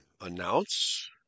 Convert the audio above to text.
Announce